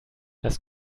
das